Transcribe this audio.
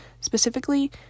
Specifically